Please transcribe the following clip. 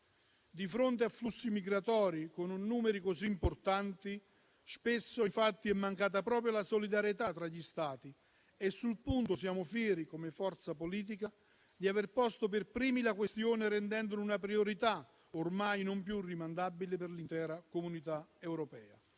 di fronte a flussi migratori con numeri così importanti, è mancata proprio la solidarietà tra gli Stati. Su questo punto, come forza politica siamo fieri di aver posto per primi la questione, rendendola una priorità ormai non più rinviabile per l'intera comunità europea.